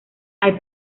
hay